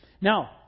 Now